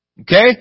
Okay